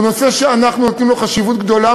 הוא נושא שאנחנו נותנים לו חשיבות גדולה